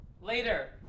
Later